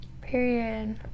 period